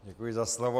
Děkuji za slovo.